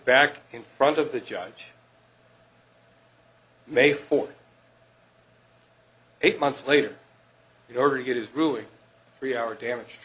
back in front of the judge may for eight months later the order to get his ruling three hour damaged